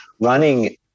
running